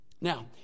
Now